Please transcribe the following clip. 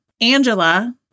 Angela